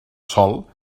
sòl